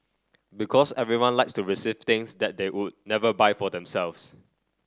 because everyone likes to receive things that they would never buy for themselves